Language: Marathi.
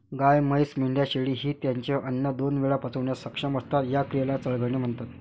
गाय, म्हैस, मेंढ्या, शेळी हे त्यांचे अन्न दोन वेळा पचवण्यास सक्षम असतात, या क्रियेला चघळणे म्हणतात